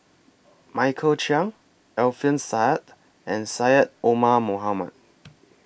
Michael Chiang Alfian Sa'at and Syed Omar Mohamed